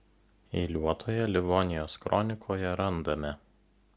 eiliuotojoje livonijos kronikoje randame